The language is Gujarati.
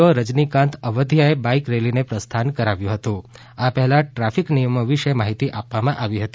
ઓ રજનીકાંત અવધિયા બાઇક રેલી ને પ્રસ્થાન કરાવ્યું હતુઆ પહેલા ટ્રાફિક નિયમો વિષે માહિતી પણ આપવામાં આવી હતી